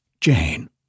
Jane